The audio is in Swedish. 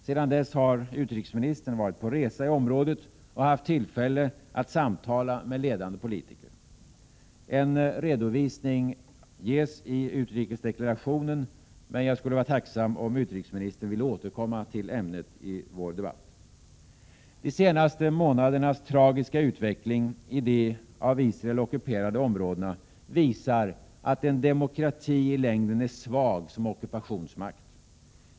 Sedan dess har utrikesministern varit på resa i området och haft tillfälle att samtala med ledande politiker. En redovisning ges i utrikesdeklarationen, men jag skulle vara tacksam om utrikesministern ville återkomma till ämnet i vår debatt. De senaste månadernas tragiska utveckling i de av Israel ockuperade områdena visar att en demokrati i längden är svag som ockupationsmakt.